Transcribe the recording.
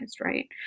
Right